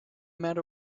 matter